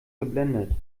geblendet